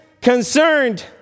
concerned